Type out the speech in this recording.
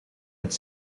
uit